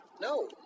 No